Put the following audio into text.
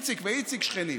איציק ואיציק, שכנים.